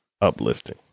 uplifting